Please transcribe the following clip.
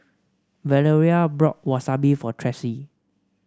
Valeria bought Wasabi for Tressie